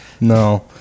No